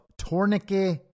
Tornike